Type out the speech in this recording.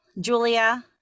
Julia